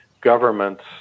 governments